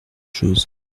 chose